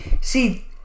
See